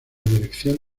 dirección